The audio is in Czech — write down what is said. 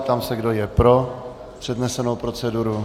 Ptám se, kdo je pro přednesenou proceduru?